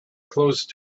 close